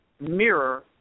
mirror